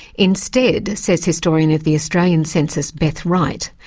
instead, says historian of the australian census beth wright,